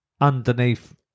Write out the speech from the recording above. underneath